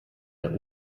der